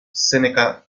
seneca